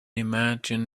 imagine